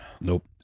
Nope